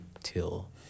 till